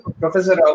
professor